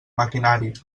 maquinari